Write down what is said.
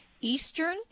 Eastern